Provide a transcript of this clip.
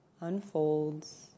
unfolds